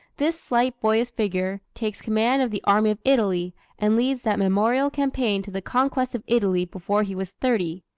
this slight boyish figure takes command of the army of italy and leads that memorable campaign to the conquest of italy before he was thirty.